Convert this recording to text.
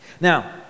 Now